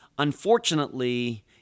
Unfortunately